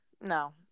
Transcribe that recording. no